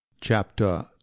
Chapter